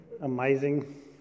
Amazing